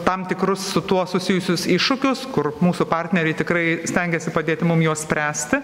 tam tikrus su tuo susijusius iššūkius kur mūsų partneriai tikrai stengiasi padėti mum juos spręsti